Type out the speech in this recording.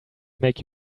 make